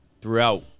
throughout